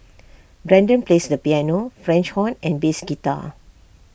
Brendan plays the piano French horn and bass guitar